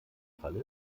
fall